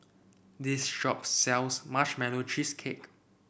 this shop sells Marshmallow Cheesecake